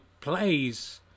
plays